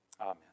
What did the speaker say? amen